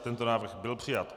Tento návrh byl přijat.